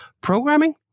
Programming